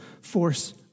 force